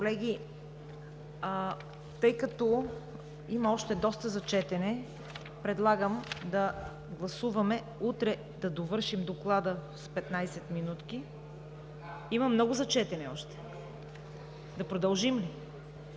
Колеги, тъй като има доста още за четене, предлагам да гласуваме утре да довършим Доклада за 15 минути. Има много за четене още. (Реплики